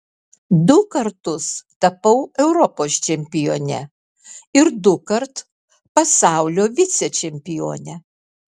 du kartus tapau europos čempione ir dukart pasaulio vicečempione